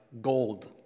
gold